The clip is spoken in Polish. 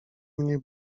mnie